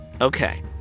okay